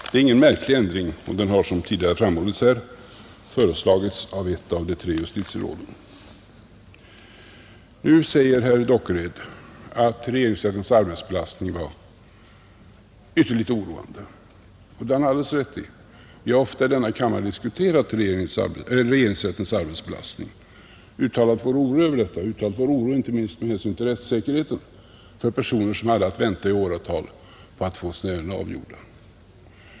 Det är ingen märklig ändring, och den har, som tidigare framhållits här, föreslagits av ett av de tre justitieråden. Nu . säger herr Dockered att regeringsrättens arbetsbelastning var ytterligt oroande, och det har han alldeles rätt i. Vi har ofta i denna kammare diskuterat regeringsrättens arbetsbelastning och uttalat vår oro häröver, inte minst med hänsyn till rättssäkerheten för personer, som haft att vänta i åratal på att få sina ärenden avgjorda.